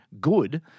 good